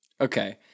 Okay